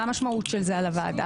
מה המשמעות של זה על הוועדה,